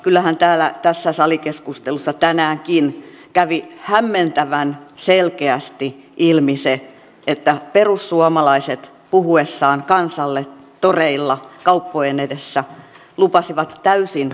kyllähän täällä salikeskustelussa tänäänkin kävi hämmentävän selkeästi ilmi se että perussuomalaiset puhuessaan kansalle toreilla kauppojen edessä lupasivat täysin päinvastaista kuin hallitusohjelma